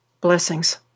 blessings